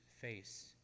face